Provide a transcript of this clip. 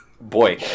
boy